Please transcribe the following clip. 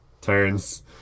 turns